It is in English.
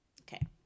Okay